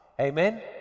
amen